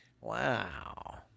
Wow